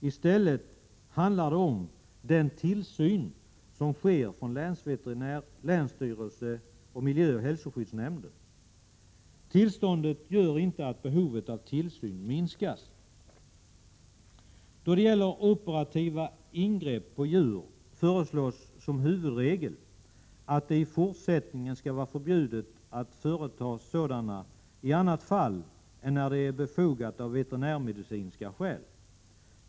I stället handlar det om den tillsyn som sker från länsveterinär, länsstyrelse och miljöoch hälsoskyddsnämnden. Tillståndet gör inte att behovet av tillsyn minskas. Då det gäller operativa ingrepp på djur föreslås som huvudregel att det i fortsättningen skall vara förbjudet att företa sådana i annat fall än när det är befogat av veterinärmedicinska skäl.